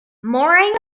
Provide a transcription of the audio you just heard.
mooring